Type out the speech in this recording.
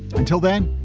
until then,